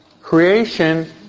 creation